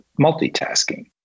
multitasking